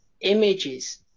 images